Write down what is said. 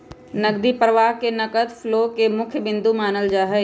नकदी प्रवाह के नगद फ्लो के मुख्य बिन्दु मानल जाहई